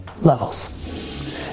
levels